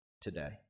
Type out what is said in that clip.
today